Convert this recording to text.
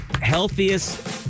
Healthiest